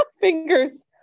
fingers